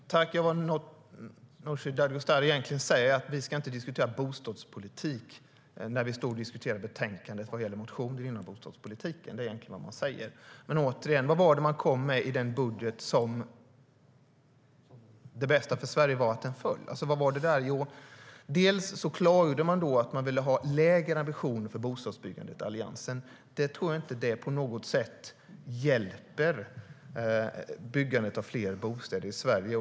STYLEREF Kantrubrik \* MERGEFORMAT BostadspolitikÅterigen: Vad var det ni kom med i den budget som föll, vilket var det bästa för Sverige? Man klargjorde att man ville ha lägre ambitioner för bostadsbyggande än Alliansen. Jag tror inte att det på något sätt hjälper byggandet av fler bostäder i Sverige.